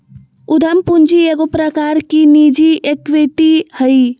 उद्यम पूंजी एगो प्रकार की निजी इक्विटी हइ